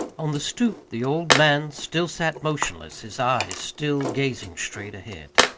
on the stoop the old man still sat motionless, his eyes still gazing straight ahead.